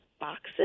boxes